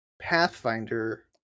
Pathfinder